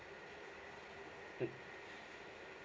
mm